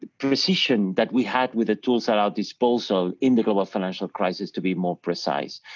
precision that we had with the tools at out disposal so in the global financial crisis to be more precise,